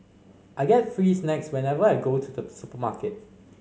I get free snacks whenever I go to the supermarket